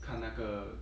看那个